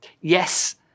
yes